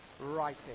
writing